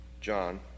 John